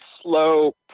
slow